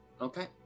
Okay